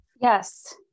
Yes